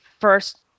first